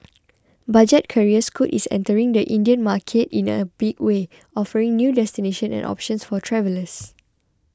budget carrier Scoot is entering the Indian market in a big way offering new destinations and options for travellers